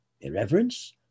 irreverence